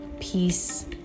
peace